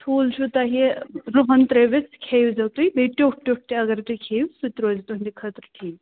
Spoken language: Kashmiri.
ٹھوٗل چھُو تۄہہِ رُہَن ترٛٲوِتھ کھیٚزیٚو تُہۍ بیٚیہِ ٹیٛوٚٹھ ٹیٛوٚٹھ تہِ اگر تُہۍ کھیٚیِو سُہ تہِ روزِ تُہٕنٛدِ خٲطرٕ ٹھیٖک